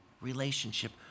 relationship